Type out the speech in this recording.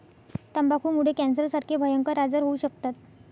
तंबाखूमुळे कॅन्सरसारखे भयंकर आजार होऊ शकतात